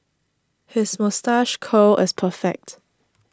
his moustache curl is perfect